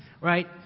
right